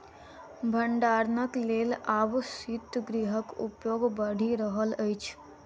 भंडारणक लेल आब शीतगृहक उपयोग बढ़ि रहल अछि